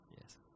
Yes